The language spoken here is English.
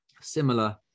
Similar